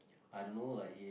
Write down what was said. I don't know like he